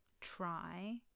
try